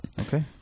Okay